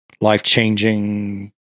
life-changing